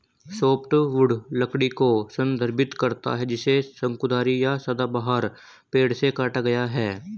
softwood लकड़ी को संदर्भित करता है जिसे शंकुधारी या सदाबहार पेड़ से काटा गया है